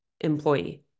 employee